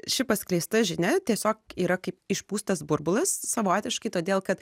ši paskleista žinia tiesiog yra kaip išpūstas burbulas savotiškai todėl kad